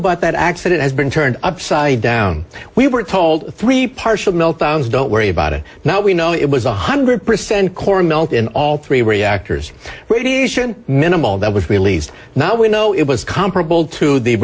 about that accident has been turned upside down we were told three partial meltdowns don't worry about it now we know it was one hundred percent core melt in all three reactors radiation minimal that was released now we know it was comparable to the